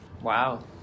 Wow